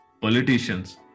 Politicians